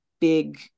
big